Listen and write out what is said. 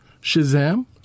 Shazam